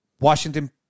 Washington